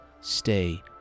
Stay